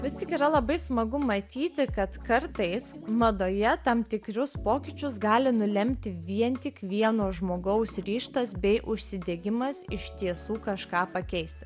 vis tik yra labai smagu matyti kad kartais madoje tam tikrus pokyčius gali nulemti vien tik vieno žmogaus ryžtas bei užsidegimas iš tiesų kažką pakeisti